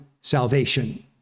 salvation